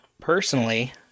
personally